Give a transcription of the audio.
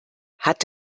hat